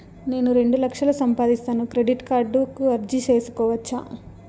నేను రెండు లక్షలు సంపాదిస్తాను, క్రెడిట్ కార్డుకు అర్జీ సేసుకోవచ్చా?